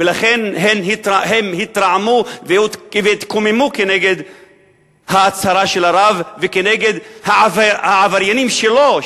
ולכן הם התרעמו והתקוממו כנגד ההצהרה של הרב וכנגד העבריינים שלו,